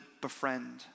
befriend